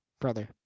Brother